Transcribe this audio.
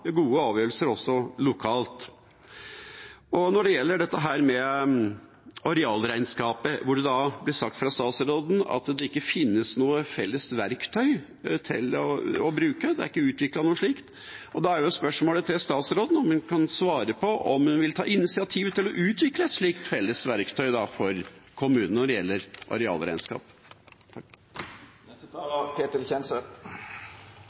det gjelder arealregnskapet, blir det sagt av statsråden at det ikke finnes noe felles verktøy å bruke, at det ikke er utviklet noe slikt. Da er spørsmålet til statsråden om hun kan svare på om hun vil ta initiativ til å utvikle et slikt felles verktøy for kommunene når det gjelder arealregnskap.